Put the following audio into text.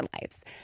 lives